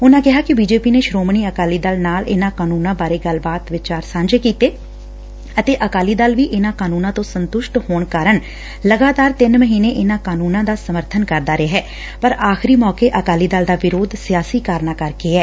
ਉਨਾਂ ਕਿਹਾ ਕਿ ਬੀਜੇਪੀ ਨੇ ਸ੍ਰੋਮਣੀ ਅਕਾਲੀ ਦਲ ਨਾਲ ਇਨਾਂ ਕਾਨੂੰਨਾਂ ਬਾਰੇ ਲਗਾਤਾਰ ਵਿਚਾਰ ਸਾਂਝੇ ਕੀਤੇ ਅਤੇ ਅਕਾਲੀ ਦਲ ਵੀ ਇਨ੍ਜਾਂ ਕਾਨੂੰਨਾਂ ਤੋਂ ਸੁਤੰਸ਼ਟ ਹੋਣ ਕਾਰਨ ਲਗਾਤਾਰ ਤਿੰਨ ਮਹੀਨੇ ਇਨ੍ਜਾਂ ਕਾਨੂੰਨਾਂ ਦਾ ਸਮਰਬਨ ਕਰਦਾ ਰਿਹਾ ਪਰ ਆਖ਼ਰੀ ਮੌਕੇ ਅਕਾਲੀ ਦਲ ਦਾ ਵਿਰੋਧ ਸਿਆਸੀ ਕਾਰਨਾਂ ਕਰਕੇ ਐ